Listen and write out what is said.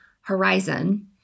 horizon